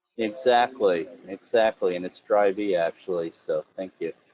exactly, exactly, and it's drive e actually, so thank you.